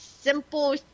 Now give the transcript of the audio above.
simple